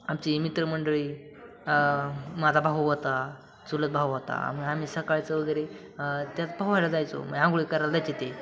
आमची मित्र मंडळी माझा भाऊ होता चुलत भाऊ होता मग आमी सकाळचं वगैरे त्यात पोहायला जायचो म आंघोळी करायला जायचे ते